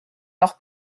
leur